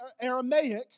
Aramaic